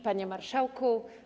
Panie Marszałku!